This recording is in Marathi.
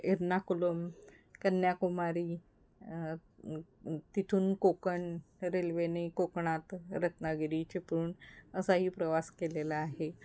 एर्नाकुलम कन्याकुमारी तिथून कोकण रेल्वेने कोकणात रत्नागिरी चिपळूण असाही प्रवास केलेला आहे